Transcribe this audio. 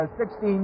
16